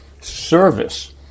service